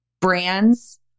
brands